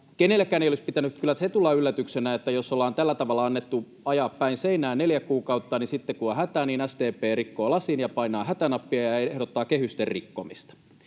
Kenellekään ei olisi pitänyt kyllä se tulla yllätyksenä, että jos ollaan tällä tavalla annettu ajaa päin seinää neljä kuukautta, niin sitten kun on hätä, SDP rikkoo lasin ja painaa hätänappia ja ehdottaa kehysten rikkomista.